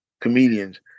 comedians